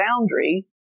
boundary